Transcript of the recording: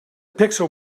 pixel